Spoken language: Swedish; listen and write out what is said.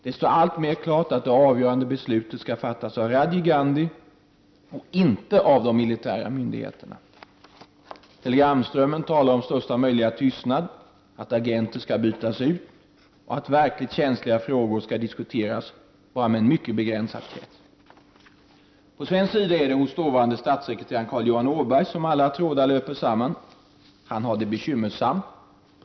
Det står alltmer klart att det avgörande beslutet skall fattas av Rajiv Gandhi och inte av de militära myndigheterna. Telegramströmmen talar om största möjliga tystnad, att agenter skall bytas ut och att verkligt känsliga frågor skall diskuteras med bara en mycket begränsad krets. På svensk sida är det hos dåvarande statssekreteraren Carl-Johan Åberg som alla trådar löper samman. Han har det bekymmersamt.